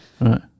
Right